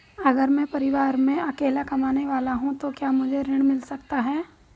अगर मैं परिवार में अकेला कमाने वाला हूँ तो क्या मुझे ऋण मिल सकता है?